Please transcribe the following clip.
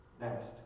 Next